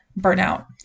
burnout